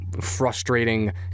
frustrating